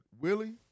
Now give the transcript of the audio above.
Willie